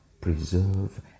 preserve